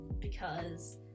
because-